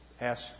ask